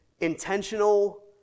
intentional